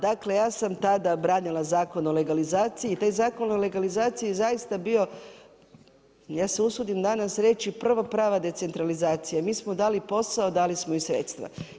Dakle, ja sam tada branila Zakon o legalizaciji, taj Zakon o legalizaciji je zaista bio, ja se usudim danas reći prva prava decentralizacija, mi smo dali posao, dali smo i sredstva.